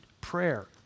prayer